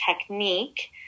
technique